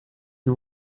die